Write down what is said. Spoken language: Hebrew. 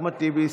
אחמד טיבי,